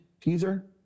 teaser